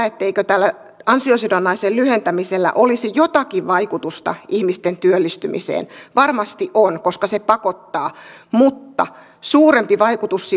etteikö tällä ansiosidonnaisen lyhentämisellä olisi jotakin vaikutusta ihmisten työllistymiseen varmasti on koska se pakottaa mutta suurempi vaikutus